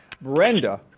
Brenda